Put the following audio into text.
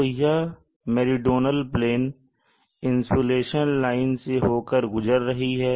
तो यह meridional plane insulation line से होकर गुजर रही है